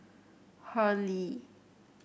Hurley